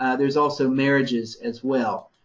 ah there's also marriages as well.